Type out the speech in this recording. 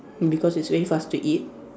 because it's very fast to eat